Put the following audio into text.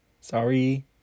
Sorry